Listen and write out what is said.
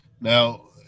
Now